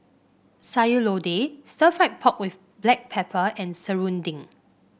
Sayur Lodeh Stir Fried Pork with Black Pepper and serunding